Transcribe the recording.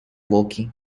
walking